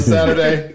Saturday